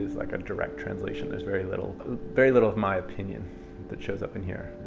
is like a direct translation. there's very little very little of my opinion that shows up in here.